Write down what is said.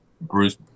Bruce